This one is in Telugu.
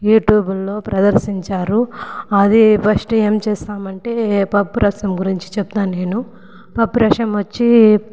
యూట్యూబుల్లో ప్రదర్శించారు అదే ఫస్ట్ ఏం చేశామంటే పప్పు రసం గురించి చెప్పాను నేను పప్పు రసం వచ్చి